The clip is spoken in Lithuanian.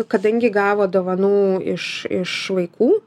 kadangi gavo dovanų iš iš vaikų